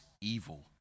evil